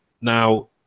now